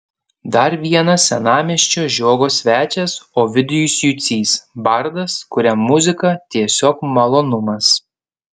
dar vienas senamiesčio žiogo svečias ovidijus jucys bardas kuriam muzika tiesiog malonumas